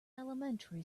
elementary